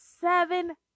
seven